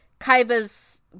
Kaiba's